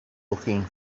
looking